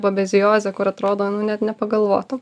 babeziozę kur atrodo nu net nepagalvotų